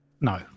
No